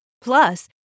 Plus